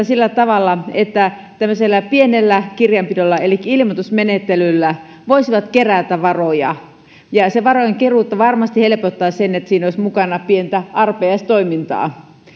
sillä tavalla että ne voisivat tämmöisellä pienellä kirjanpidolla eli ilmoitusmenettelyllä kerätä varoja sitä varojenkeruuta varmasti helpottaisi se että siinä olisi mukana pientä arpajaistoimintaa